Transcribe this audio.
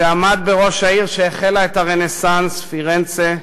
שעמד בראש העיר שהחלה את הרנסנס, פירנצה,